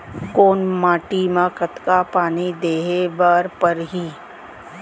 कोन माटी म कतका पानी देहे बर परहि?